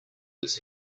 his